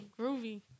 groovy